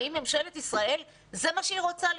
האם ממשלת ישראל זה מה שהיא רוצה לראות?